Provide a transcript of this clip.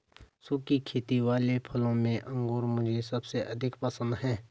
सुखी खेती वाले फलों में अंगूर मुझे सबसे अधिक पसंद है